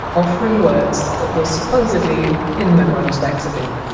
offering words that were supposedly in the grunge lexicon